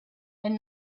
and